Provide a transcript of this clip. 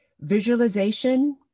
Visualization